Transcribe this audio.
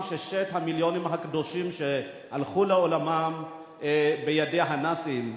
ששת המיליונים הקדושים שהלכו לעולמם בידי הנאצים,